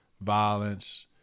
violence